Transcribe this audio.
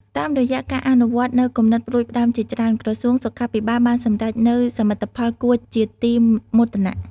តាមរយៈការអនុវត្តនូវគំនិតផ្តួចផ្តើមជាច្រើន ក្រសួងសុខាភិបាលបានសម្រេចនូវសមិទ្ធផលគួរជាទីមោទនៈ។